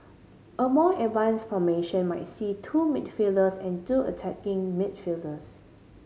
a more advanced formation might see two midfielders and two attacking midfielders